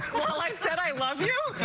i said i love yeah i